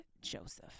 Joseph